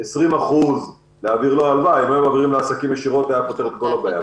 20% להעביר לו אם היו מעבירים לעסקים ישירות זה היה פותר את כל הבעיה.